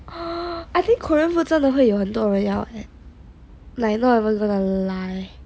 oh I think korean food 真的会有很多人要 like not even going to lie